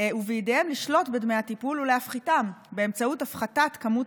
ובידיהם לשלוט בדמי הטיפול ולהפחיתם באמצעות הפחתת כמות